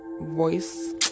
voice